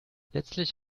letztlich